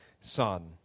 son